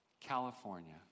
California